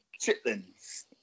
chitlins